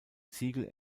ziegel